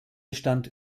stand